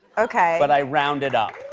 okay. but i rounded up.